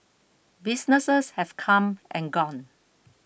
businesses have come and gone